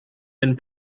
and